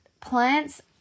plants